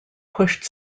pushed